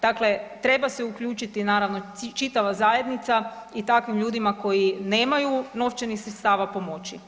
Dakle, treba se uključiti naravno čitava zajednica i takvim ljudima koji nemaju novčanih sredstava pomoći.